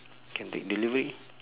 can take delivery